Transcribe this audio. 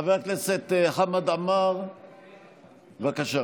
חבר הכנסת חמד עמאר, בבקשה.